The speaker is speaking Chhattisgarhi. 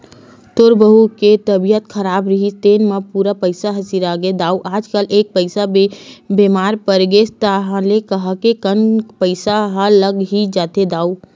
तोर बहू के तबीयत खराब रिहिस तेने म पूरा पइसा ह सिरागे दाऊ आजकल एक पइत बेमार परगेस ताहले काहेक कन पइसा ह लग ही जाथे दाऊ